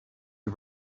you